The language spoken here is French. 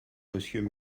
monsieur